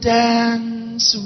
dance